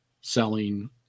selling